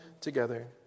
together